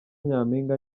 nyampinga